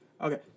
Okay